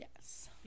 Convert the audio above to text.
yes